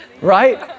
right